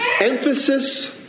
emphasis